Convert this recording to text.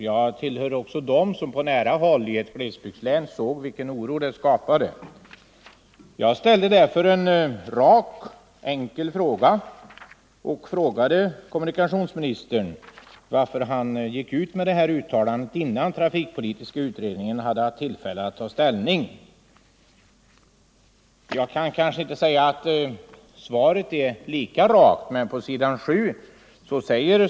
Jag tillhör dem som på nära håll i ett glesbygdslän såg vilken oro det skapade. Jag ställde därför en rak enkel fråga till kommunikationsministern om varför han gick ut med detta uttalande innan trafikpolitiska utredningen hade haft tillfälle att ta ställning. Jag kan kanske inte säga att svaret är lika rakt.